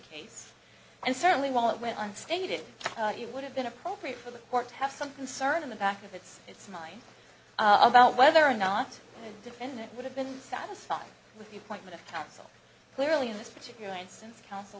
case and certainly while it went on stated it would have been appropriate for the court have some concern in the back of its its mind about whether or not a defendant would have been satisfied with the appointment of counsel clearly in this particular instance counsel